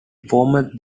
former